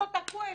תקוע,